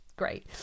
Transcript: great